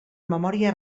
memòria